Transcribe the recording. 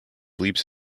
leaps